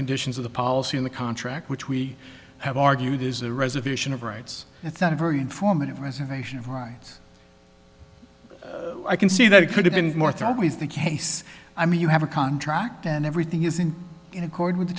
conditions of the policy in the contract which we have argued is a reservation of rights it's not a very informative reservation of rights i can see that it could have been more through always the case i mean you have a contract and everything is in accord with the